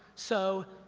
so,